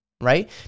right